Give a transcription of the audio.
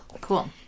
Cool